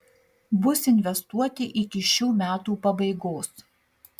bus investuoti iki šių metų pabaigos